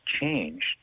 changed